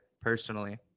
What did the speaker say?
personally